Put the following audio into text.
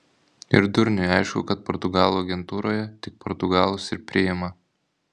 ir durniui aišku kad portugalų agentūroje tik portugalus ir priima